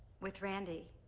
with randy.